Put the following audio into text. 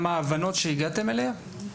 מהן ההבנות שהגעתם אליהן?